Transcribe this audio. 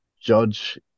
judge